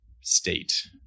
state